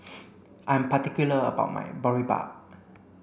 I am particular about my Boribap